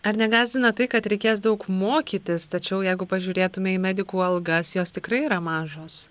ar negąsdina tai kad reikės daug mokytis tačiau jeigu pažiūrėtume į medikų algas jos tikrai yra mažos